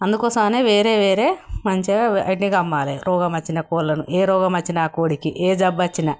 అందుకోసమనే వేరే వేరే మంచిగా వాటిని కమ్మాలి రోగం వచ్చిన కోళ్ళను ఏ రోగం వచ్చిన ఆ కోడికి ఏ జబ్బు వచ్చినా